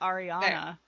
Ariana